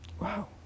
Wow